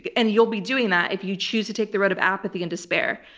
and you'll be doing that if you choose to take the road of apathy and despair.